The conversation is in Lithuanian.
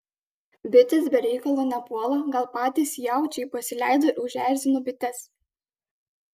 bitės be reikalo nepuola gal patys jaučiai pasileido ir užerzino bites